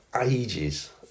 Ages